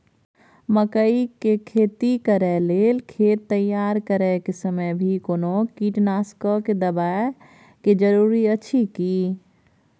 मकई के खेती कैर लेल खेत तैयार करैक समय मे भी कोनो कीटनासक देबै के जरूरी अछि की?